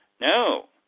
No